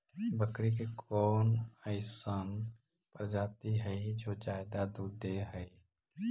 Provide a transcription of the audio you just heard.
बकरी के कौन अइसन प्रजाति हई जो ज्यादा दूध दे हई?